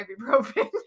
ibuprofen